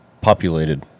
populated